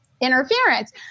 interference